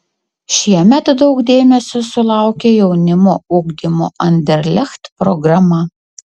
šiemet daug dėmesio sulaukė jaunimo ugdymo anderlecht programa